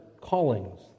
callings